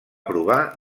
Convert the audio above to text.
provar